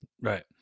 Right